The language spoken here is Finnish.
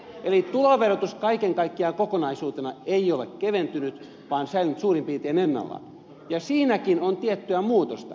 eli tuloverotus kaiken kaikkiaan kokonaisuutena ei ole keventynyt vaan säilynyt suurin piirtein ennallaan ja siinäkin on tiettyä muutosta